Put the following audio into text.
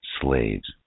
slaves